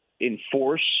enforce